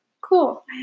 cool